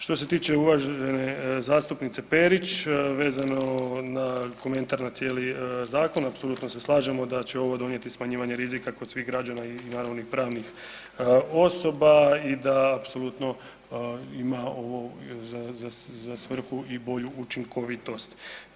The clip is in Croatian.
Što se tiče uvažene zastupnice Perić, vezano na komentar na cijeli zakon, apsolutno se slažemo da će ovo donijeti smanjivanje rizika kod svih građana i naravno onih pravnih osoba i da apsolutno ima ovo za svrhu i bolju učinkovitost.